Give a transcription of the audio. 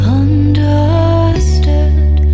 understood